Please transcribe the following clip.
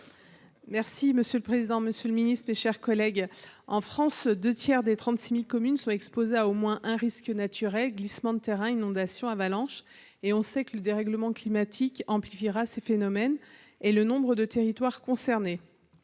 Merci monsieur le président, Monsieur le Ministre, mes chers collègues. En France 2 tiers des 36.000 communes sont exposées à au moins un risque naturel glissements de terrain inondations avalanches et on sait que le dérèglement climatique amplifiera ces phénomènes. Et le nombre de territoires concernés.